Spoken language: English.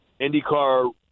IndyCar